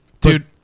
Dude